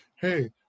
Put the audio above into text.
hey